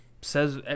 says